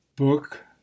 Book